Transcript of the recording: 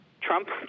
Trump